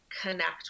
connect